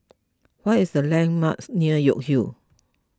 what are the landmarks near York Hill